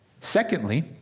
Secondly